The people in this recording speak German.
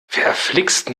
verflixt